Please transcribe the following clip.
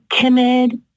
timid